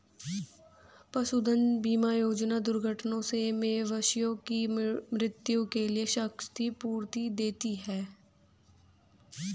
पशुधन बीमा योजना दुर्घटना से मवेशियों की मृत्यु के लिए क्षतिपूर्ति देती है